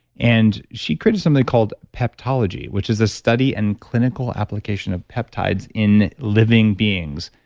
and she created something called peptology which is a study and clinical application of peptides in living beings,